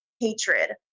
Hatred